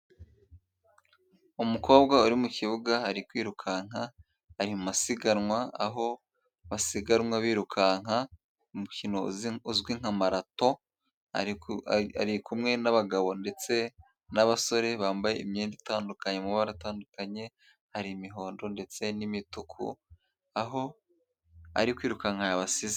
Umukobwa uri mu kibuga ari kwirukanka. Ari mu masiganwa aho basiganwa birukanka, umukino uzwi nka marato. Ari ku ari ari kumwe n'abagabo ndetse n'abasore bambaye imyenda itandukanye, mu mabara atandukanye, hari imihondo ndetse n'imituku, aho ari kwirukanka yabasize.